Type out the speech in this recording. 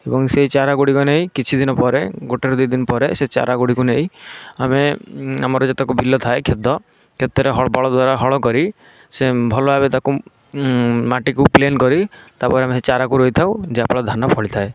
ଏବଂ ସେଇ ଚାରାଗୁଡ଼ିକ ନେଇ କିଛିଦିନ ପରେ ଗୋଟେରୁ ଦୁଇ ଦିନ ପରେ ସେ ଚାରା ଗୁଡ଼ିକୁ ନେଇ ଆମେ ଆମର ଯେତିକ ବିଲ ଥାଏ କ୍ଷେତ କ୍ଷେତରେ ବଳଦ ଦ୍ୱାରା ହଳ କରି ସେ ଭଲ ଭାବରେ ତାକୁ ମାଟିକୁ ପ୍ଲେନ୍ କରି ତା ଉପରେ ଆମେ ସେ ଚାରାକୁ ରୋଇଥାଉ ଯାହାଫଳରେ ଧାନ ଫଳିଥାଏ